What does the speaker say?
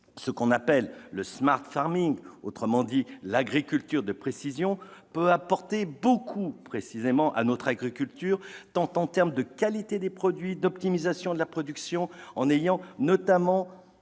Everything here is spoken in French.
Ce qu'on appelle le, autrement dit l'agriculture de précision, peut apporter beaucoup à notre agriculture, tant en termes de qualité des produits que d'optimisation de la production, en ayant notamment